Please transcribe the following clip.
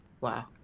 Wow